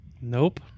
Nope